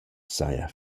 saja